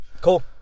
Cool